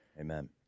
Amen